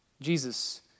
Jesus